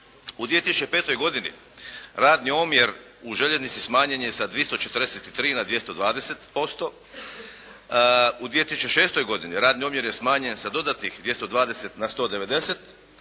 U 2005. godini radni omjer u željeznici smanjen je sa 243 na 220%. U 2006. godini radni omjer je smanjen sa dodatnih 220 na 190